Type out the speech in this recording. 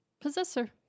Possessor